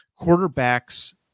quarterbacks